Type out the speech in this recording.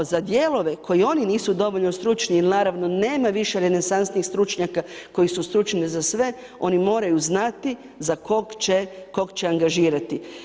A za dijelove za koje oni nisu dovoljno stručni jer naravno nema više renesansnih stručnjaka koji su stručni za sve oni moraju znati za kog će, kog će angažirati.